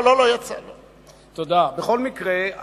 בכל מקרה,